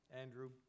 Andrew